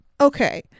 Okay